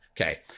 okay